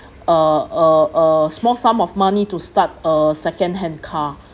uh a uh small sum of money to start a second hand car